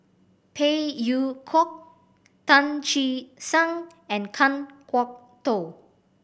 Phey Yew Kok Tan Che Sang and Kan Kwok Toh